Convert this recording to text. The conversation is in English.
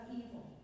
evil